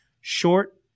Short